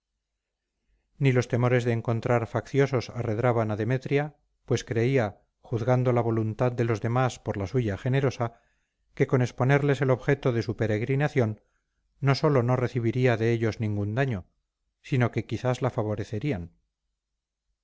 ni los temores de encontrar facciosos arredraban a demetria pues creía juzgando la voluntad de los demás por la suya generosa que con exponerles el objeto de su peregrinación no sólo no recibiría de ellos ningún daño sino que quizás la favorecerían